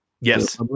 Yes